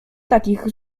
takich